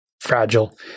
fragile